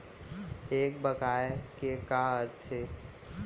एक बकाया के का अर्थ हे?